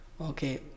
okay